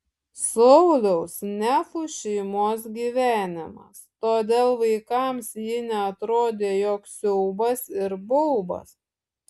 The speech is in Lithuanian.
sauliaus nefų šeimos gyvenimas todėl vaikams ji neatrodė joks siaubas ir baubas